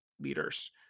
leaders